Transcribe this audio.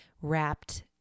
wrapped